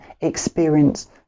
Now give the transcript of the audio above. experience